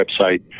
website